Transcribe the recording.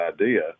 idea